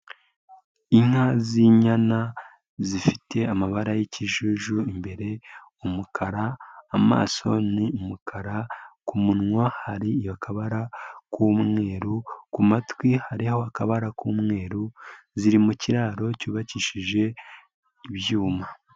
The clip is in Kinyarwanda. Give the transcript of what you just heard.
Inka z'inyana, zifite amabara y'ikijiju imbere umukara, amaso ni umukara, ku munwa hari akabara k'umweru, kumatwi hariho akabara k'umweru, ziri mu kiraro cyubakishije, ibyuma.